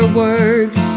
words